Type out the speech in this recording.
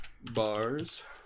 bars